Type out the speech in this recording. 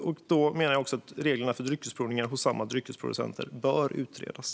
Jag menar att också reglerna för dryckesprovningar hos samma dryckesproducenter bör utredas.